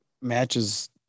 matches